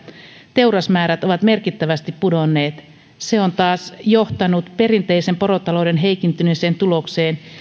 teurasmäärät ovat merkittävästi pudonneet se on taas johtanut perinteisen porotalouden heikentyneeseen tulokseen